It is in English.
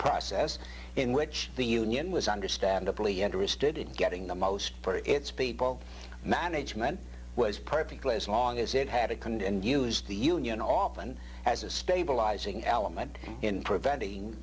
process in which the union was understandably interested in getting the most for its people management was perfectly as long as it had it continues the union often has a stabilizing element in preventing